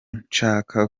nshaka